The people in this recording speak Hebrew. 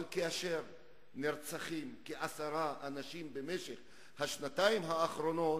אבל כאשר נרצחים כ-10 אנשים במשך השנתיים האחרונות,